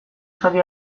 zati